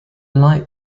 light